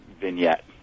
vignette